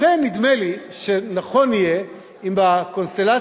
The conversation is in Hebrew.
לכן נדמה לי שנכון יהיה אם בקונסטלציה